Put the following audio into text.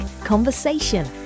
conversation